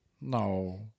No